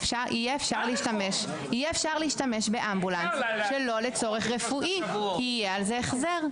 יהיה אפשר להשתמש לא לצורך רפואי ויהיה לזה החזר.